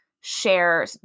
share